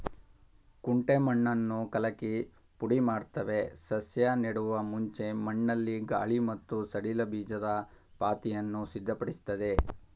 ಕುಂಟೆ ಮಣ್ಣನ್ನು ಕಲಕಿ ಪುಡಿಮಾಡ್ತವೆ ಸಸ್ಯ ನೆಡುವ ಮುಂಚೆ ಮಣ್ಣಲ್ಲಿ ಗಾಳಿ ಮತ್ತು ಸಡಿಲ ಬೀಜದ ಪಾತಿಯನ್ನು ಸಿದ್ಧಪಡಿಸ್ತದೆ